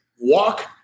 walk